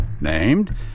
named